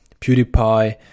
PewDiePie